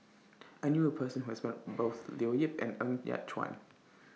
I knew A Person Who has Met Both Leo Yip and Ng Yat Chuan